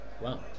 Wow